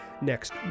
next